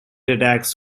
attacks